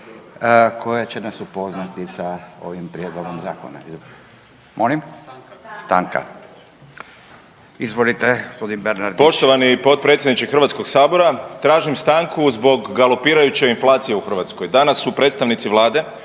koja će nas upoznati sa ovim prijedlogom zakona. Molim? Stanka. Izvolite g. Bernardić. **Bernardić, Davor (Nezavisni)** Poštovani potpredsjedniče HS-a, tražim stanku zbog galopirajuće inflacije u Hrvatskoj. Danas su predstavnici Vlade